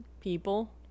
people